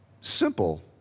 simple